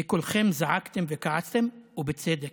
וכולכם זעקתם וכעסתם, ובצדק,